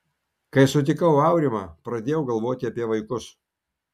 kai sutikau aurimą pradėjau galvoti apie vaikus